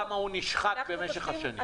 כמה הוא נשחק במשך השנים,